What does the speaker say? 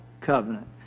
covenant